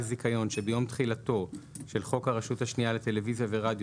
זיכיון שביום תחילתו של חוק הרשות השנייה לטלוויזיה ורדיו